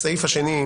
הסעיף השני,